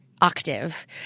octave